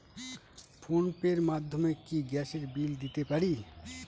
Phone pay র মাধ্যমে কি গ্যাসের বিল দিতে পারি?